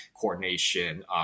coordination